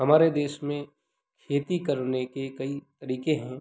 हमारे देश में खेती करने के कई तरीके हैं